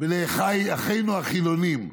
ולאחינו החילונים: